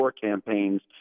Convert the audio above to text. campaigns